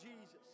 Jesus